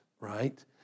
right